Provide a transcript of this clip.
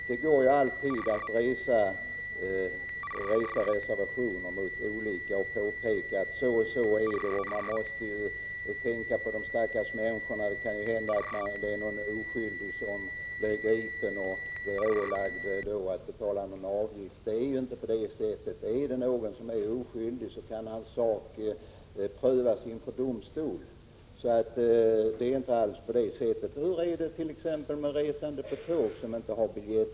Herr talman! Det går alltid att resa reservationer mot olika förslag och påpeka att så och så förhåller det sig, att man måste tänka på de stackars människorna för det kan hända att helt oskyldiga blir ålagda att betala en avgift. Men det är ju inte på det sättet. Om någon är oskyldig, kan hans sak prövas inför domstol. Hur är dett.ex. med tågresenärer som inte kan visa upp biljett?